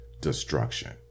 destruction